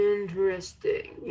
Interesting